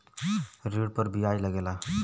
ऋण पर बियाज लगेला